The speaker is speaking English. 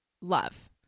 love